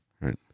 Right